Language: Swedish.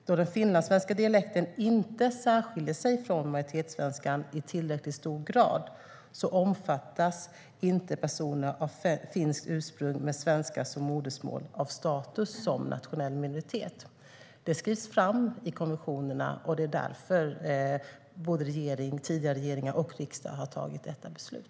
Då den finlandssvenska dialekten inte särskilde sig från majoritetssvenskan i tillräckligt hög grad omfattas inte personer av finskt ursprung med svenska som modersmål av statusen nationell minoritet. Det skrivs fram i konventionerna, och det är därför både tidigare regeringar och riksdagen har tagit detta beslut.